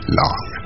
long